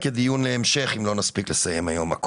הדבר